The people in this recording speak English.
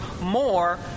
more